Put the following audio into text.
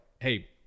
Hey